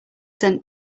sent